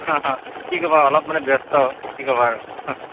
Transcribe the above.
অঁ অঁ কি ক'বা অলপ মানে ব্যস্ত কি ক'বা আৰু